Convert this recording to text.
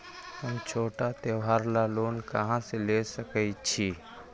हम छोटा त्योहार ला लोन कहां से ले सकई छी?